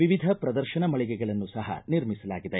ವಿವಿಧ ಪ್ರದರ್ಶನ ಮಳಿಗೆಗಳನ್ನು ಸಹ ನಿರ್ಮಿಸಲಾಗಿದೆ